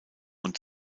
und